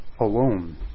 alone